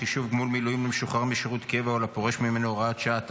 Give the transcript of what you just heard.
חישוב תגמול מילואים למשוחרר משירות קבע או לפורש ממנו) (הוראת שעה),